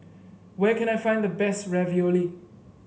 where can I find the best Ravioli